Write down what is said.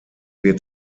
wird